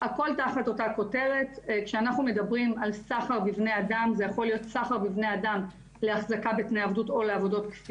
כדי שיחזיקו בהם בתנאי עבדות וכדי